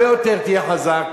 בקדנציה הבאה תהיה הרבה יותר חזק,